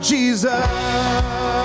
Jesus